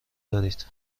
دارید